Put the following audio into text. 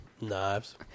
Knives